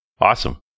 Awesome